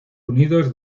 unidos